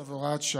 18 והוראת שעה)